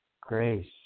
grace